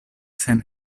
sen